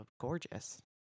gorgeous